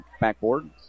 backboard